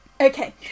Okay